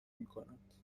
میکند